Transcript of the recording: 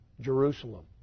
Jerusalem